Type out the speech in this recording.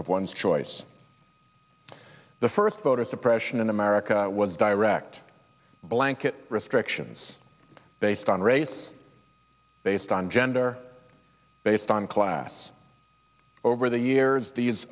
of one's choice the first voter suppression in america was direct blanket restrictions based on race based on gender based on class over the years these